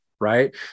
right